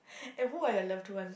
and who are your loved ones